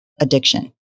addiction